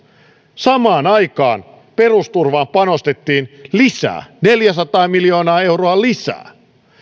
samaan aikaan perusturvaan panostettiin lisää neljäsataa miljoonaa euroa lisää niin